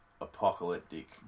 apocalyptic